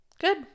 Good